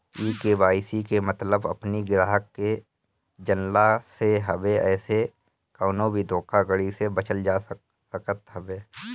KYC के मतलब अपनी ग्राहक के जनला से हवे एसे कवनो भी धोखाधड़ी से बचल जा सकत हवे